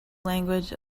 language